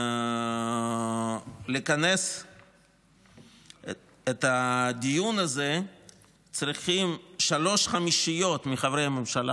כדי לכנס את הדיון הזה צריכים שלוש חמישיות מחברי הממשלה.